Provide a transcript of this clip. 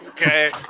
Okay